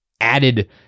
added